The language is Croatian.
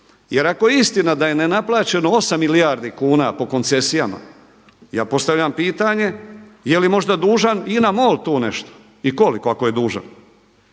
Jer ako je istina da je nenaplaćeno 8 milijardi kuna po koncesijama ja postavljam pitanje je li možda dužan INA MOL nešto i koliko ako je dužan.